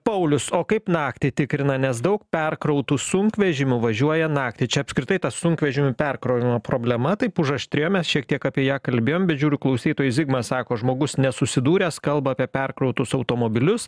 paulius o kaip naktį tikrina nes daug perkrautų sunkvežimių važiuoja naktį čia apskritai ta sunkvežimių perkrovimo problema taip užaštrėjo mes šiek tiek apie ją kalbėjom bet žiūriu klausytojai zigmas sako žmogus nesusidūręs kalba apie perkrautus automobilius